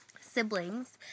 siblings